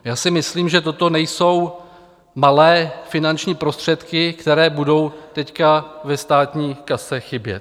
Já si myslím, že toto nejsou malé finanční prostředky, které budou teď ve státní kase chybět.